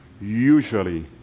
Usually